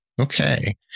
Okay